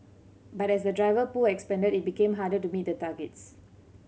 but as the driver pool expanded it became harder to meet the targets